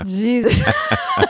Jesus